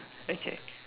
okay